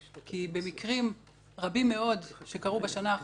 כי במקרים רבים מאוד שקרו בשנה האחרונה,